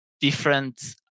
different